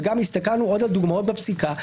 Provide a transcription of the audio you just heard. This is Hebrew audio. והסתכלנו על עוד דוגמאות בפסיקה,